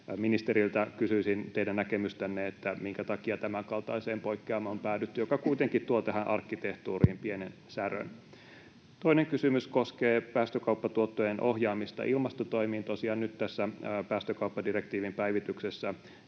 Ministeriltä kysyisin teidän näkemystänne: minkä takia on päädytty tämänkaltaiseen poikkeamaan, joka kuitenkin tuo tähän arkkitehtuuriin pienen särön? Toinen kysymys koskee päästökauppatuottojen ohjaamista ilmastotoimiin. Tosiaan nyt tässä päästökauppadirektiivin päivityksessä